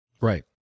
Right